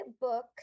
book